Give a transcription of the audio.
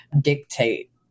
dictate